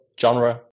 genre